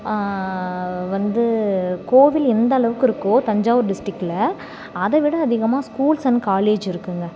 வந்து கோவில் எந்தளவுக்கு இருக்கோ தஞ்சாவூர் டிஸ்டிக்கில் அதை விட அதிகமா ஸ்கூல்ஸ் அண்ட் காலேஜ் இருக்குதுங்க